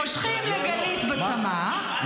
מושכים לגלית בצמה,